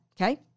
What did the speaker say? Okay